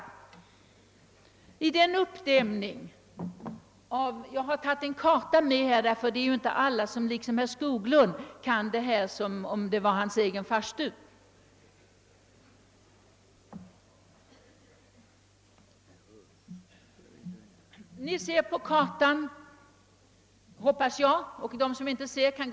Jag tillåter mig att visa en karta över det aktuella området, eftersom väl de flesta — i olikhet med herr Skoglund — inte känner till detta lika bra som sin egen farstu.